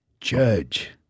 judge